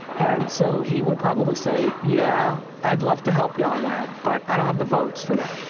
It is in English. and so he would probably say, yeah, i'd love to help you on that, but i don't have the votes for that.